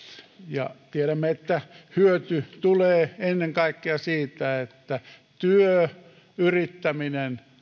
ja tiedämme että hyöty tulee ennen kaikkea siitä että työ yrittäminen